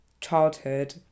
childhood